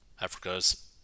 Africa's